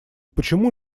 почему